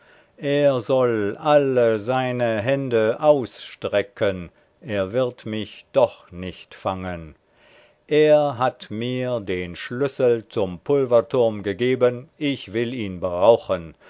er soll alle seine hände ausstrecken er wird mich doch nicht fangen er hat mir den schlüssel zum pulverturm gegeben ich will ihn brauchen